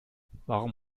warum